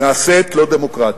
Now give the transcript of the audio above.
נעשית לא דמוקרטית,